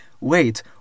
Wait